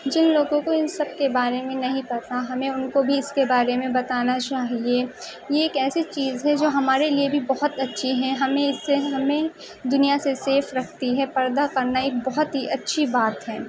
جن لوگوں کو ان سب کے بارے میں نہیں پتہ ہمیں ان کو بھی اس کے بارے میں بتانا چاہیے یہ ایک ایسی چیز ہے جو ہمارے لیے بھی بہت اچّھی ہے ہمیں اس سے ہمیں دینا سے سیف رکھتی ہے پردہ کرنا ایک بہت ہی اچّھی بات ہے